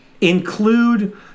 Include